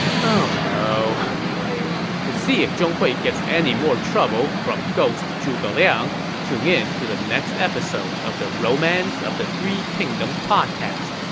oh no to see if zhong hui gets any more trouble from ghost zhuge liang, tune in to the next episode of the romance of the three kingdoms podcast.